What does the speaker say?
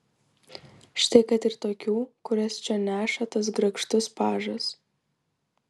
štai kad ir tokių kurias čion neša tas grakštus pažas